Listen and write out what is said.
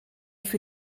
für